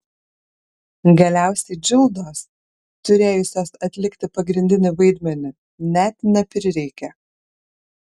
galiausiai džildos turėjusios atlikti pagrindinį vaidmenį net neprireikė